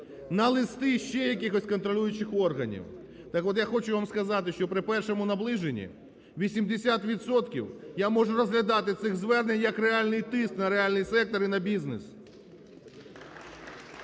на листи ще якихось контролюючих органів. Так от я хочу вам сказати, що при першому наближенні 80 відсотків я можу розглядати цих звернень як реальний тиск на реальний сектор і на бізнес.